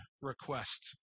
request